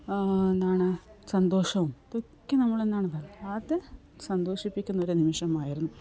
എന്താണ് സന്തോഷവും ഇതൊക്കെ നമ്മൾ എന്താണ് വല്ലാതെ സന്തോഷിപ്പിക്കുന്ന ഒരു നിമിഷമായിരുന്നു